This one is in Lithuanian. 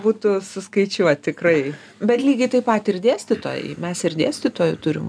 būtų suskaičiuot tikrai bet lygiai taip pat ir dėstytojai mes ir dėstytojų turim